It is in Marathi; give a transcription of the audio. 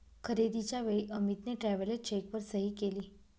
खरेदीच्या वेळी अमितने ट्रॅव्हलर चेकवर सही केली